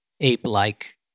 ape-like